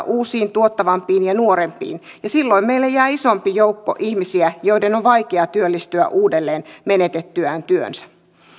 uusiin tuottavampiin ja nuorempiin ja silloin meille jää isompi joukko ihmisiä joiden on vaikea työllistyä uudelleen menetettyään työnsä